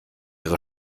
ihre